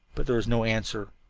but there was no answer.